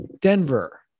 Denver